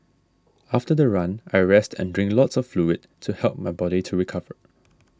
after the run I rest and drink lots of fluid to help my body to recover